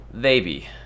Baby